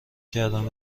کردن